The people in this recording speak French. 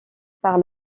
par